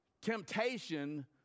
Temptation